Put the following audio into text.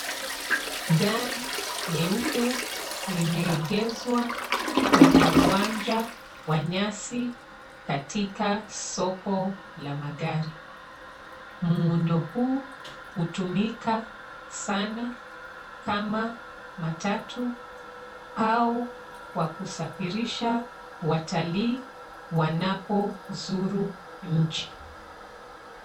Gari nyeupe limeegeshwa kwenye uwanja wa nyasi katika soko la magari. Muundo huu hutumika sana kama matatu au kwa kusafirisha watalii wanapozuru nchi.